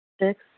six